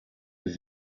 des